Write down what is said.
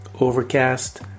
Overcast